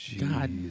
God